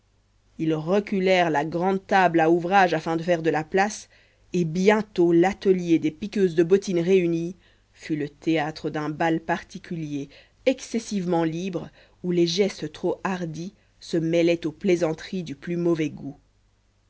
ils reculèrent la grande table à ouvrage afin de foire de la place et bientôt l'atelier des piqueuses de bottines réunies fut le théâtre d'un bal particulier excessivement libre où les gestes trop hardis se mêlaient aux plaisanteries du plus mauvais goût